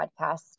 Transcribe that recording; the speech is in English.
podcast